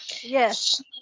Yes